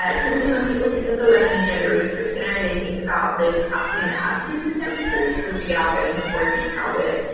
ah typically, when people think of the women and gender resource center, they think about those counseling and advocacy services, which again, i'll go into more detail with,